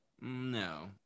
No